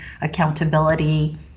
accountability